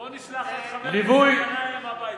בוא נשלח את חבר הכנסת גנאים הביתה.